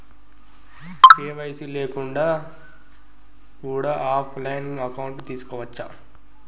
KYC లేకుండా కూడా offline account తీసుకోవచ్చా?